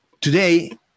today